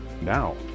Now